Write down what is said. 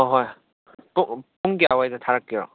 ꯍꯣꯏ ꯍꯣꯏ ꯄꯨꯡ ꯀꯌꯥꯋꯥꯏꯗ ꯊꯥꯔꯛꯀꯦꯔꯣ